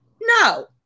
No